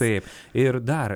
taip ir dar